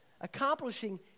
Accomplishing